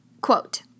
Quote